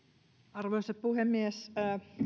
arvoisa puhemies